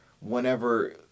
whenever